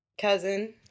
cousin